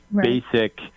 basic